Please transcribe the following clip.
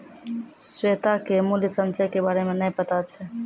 श्वेता के मूल्य संचय के बारे मे नै पता छै